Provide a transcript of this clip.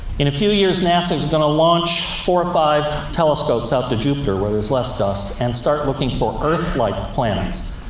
in a few years, nasa is going to launch four or five telescopes out to jupiter, where there's less dust, and start looking for earth-like planets,